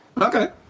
Okay